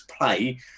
play